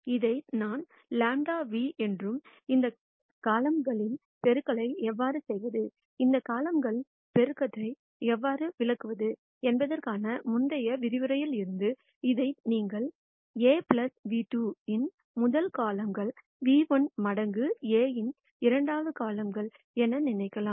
இதை நான் λ ν என்றும் இந்த காலம்கள் பெருக்கலை எவ்வாறு செய்வது இந்த காலம்கள் பெருக்கத்தை எவ்வாறு விளக்குவது என்பதற்கான முந்தைய விரிவுரையில் இருந்து இதை நீங்கள் A v2 இன் முதல் காலம்கள் ν₁ மடங்கு A இன் இரண்டாவது காலம்கள் என நினைக்கலாம்